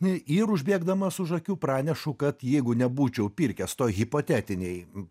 ir užbėgdamas už akių pranešu kad jeigu nebūčiau pirkęs to hipotetinėj